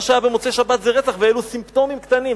מה שהיה במוצאי-שבת זה רצח, ואלו סימפטומים קטנים.